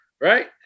right